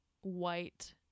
white